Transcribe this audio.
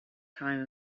time